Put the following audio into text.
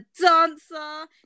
dancer